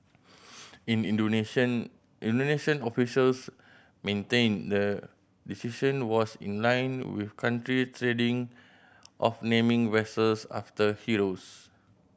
in Indonesian Indonesian officials maintained the decision was in line with country's of naming vessels after heroes